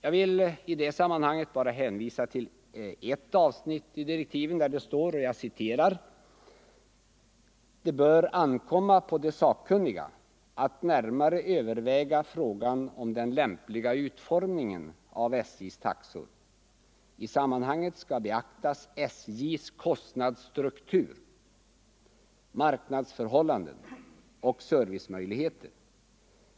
Jag vill i det sammanhanget bara hänvisa till ett avsnitt i direktiven, där det står: ”Det bör ankomma på de sakkunniga att närmare överväga frågan om den lämpliga utformningen av SJ:s taxor. I sammanhanget skall be = Nr 128 aktas SJ:s kostnadsstruktur, marknadsförhållanden och servicemöjlighe Tisdagen den ter.